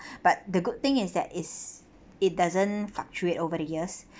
but the good thing is that it's it doesn't fluctuate over the years